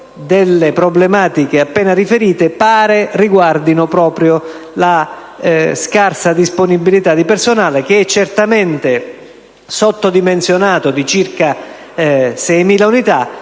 delle problematiche appena riferite riguarderebbero proprio la scarsa disponibilità di personale, che è certamente sottodimensionato di circa 6.000 unità,